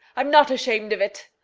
i'm not ashamed of it.